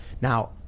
Now